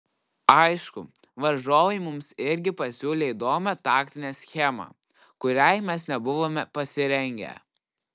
aišku varžovai mums irgi pasiūlė įdomią taktinę schemą kuriai mes nebuvome pasirengę